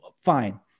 fine